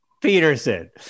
Peterson